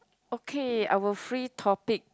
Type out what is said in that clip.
okay our free topic